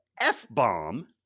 f-bomb